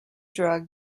drug